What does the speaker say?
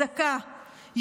אזעקה,